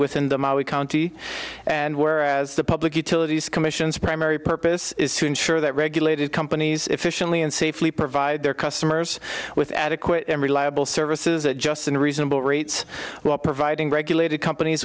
within the maui county and whereas the public utilities commissions primary purpose is to ensure that regulated companies efficiently and safely provide their customers with adequate and reliable services a just and reasonable rates while providing regulated companies